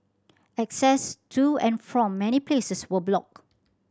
access to and from many places were blocked